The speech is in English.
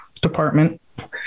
department